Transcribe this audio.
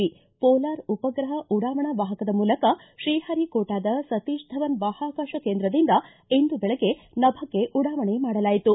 V ಮೋಲಾರ್ ಉಪಗ್ರಹ ಉಡಾವಣಾ ವಾಹಕದ ಮೂಲಕ ಶ್ರೀಹರಿಕೋಟಾದ ಸತೀತ ಧವನ್ ಬಾಹ್ಯಾಕಾಶ ಕೇಂದ್ರದಿಂದ ಇಂದು ಬೆಳಗ್ಗೆ ನಭಕ್ಕೆ ಉಡಾವಣೆ ಮಾಡಲಾಯಿತು